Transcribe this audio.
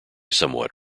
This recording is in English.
somewhat